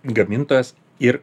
gamintojas ir